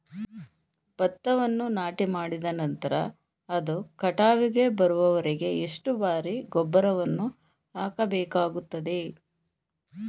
ಭತ್ತವನ್ನು ನಾಟಿಮಾಡಿದ ನಂತರ ಅದು ಕಟಾವಿಗೆ ಬರುವವರೆಗೆ ಎಷ್ಟು ಬಾರಿ ಗೊಬ್ಬರವನ್ನು ಹಾಕಬೇಕಾಗುತ್ತದೆ?